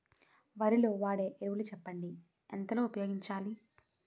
వరిలో వాడే ఎరువులు చెప్పండి? ఎంత లో ఉపయోగించాలీ?